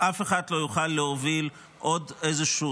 ואף אחד לא יוכל להוביל עוד איזשהו